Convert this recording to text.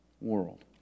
world